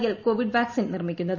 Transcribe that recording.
L Covid vaccine നിർമിക്കുന്നത്